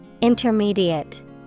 Intermediate